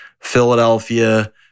Philadelphia